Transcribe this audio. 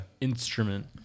instrument